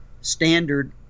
standard